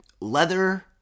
leather